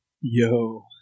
Yo